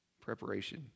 Preparation